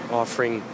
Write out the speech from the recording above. offering